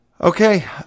Okay